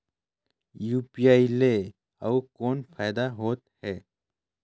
UPI ले अउ कौन फायदा होथ है?